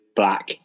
black